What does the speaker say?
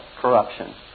corruption